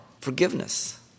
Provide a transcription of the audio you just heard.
forgiveness